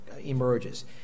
emerges